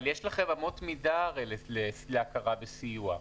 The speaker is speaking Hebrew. אבל יש לכם אמות מידה הרי להכרה בסיוע.